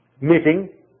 meeting